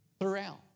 throughout